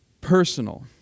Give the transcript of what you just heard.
personal